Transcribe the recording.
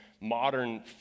modern